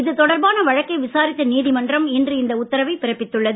இது தொடர்பான வழக்கை விசாரித்த நீதிமன்றம் இன்று இந்த உத்தரவை பிறப்பித்துள்ளது